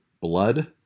blood